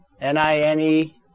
N-I-N-E